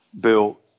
Bill